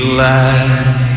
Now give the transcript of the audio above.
light